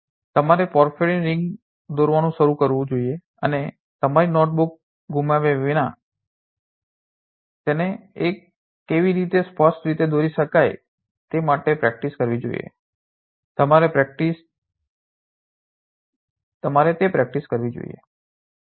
તમારે porphyrin ring દોરવાનું શરૂ કરવું જોઈએ અને તમારી નોટબુક ગુમાવ્યા વિના તેને કેવી રીતે સ્પષ્ટ રીતે દોરવી શકાય તે માટેની પ્રેક્ટિસ કરવી જોઈએ તમારે તે પ્રેક્ટિસ કરવી જોઈએ